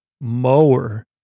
mower